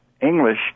English